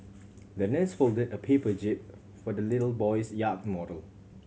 the nurse folded a paper jib for the little boy's yak model